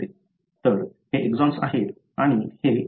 तर हे एक्सॉन्स आहेत आणि हे इंट्रॉन्स आहेत